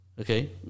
Okay